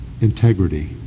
integrity